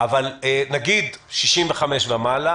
אבל נגיד סגר של בני 65 ומעלה,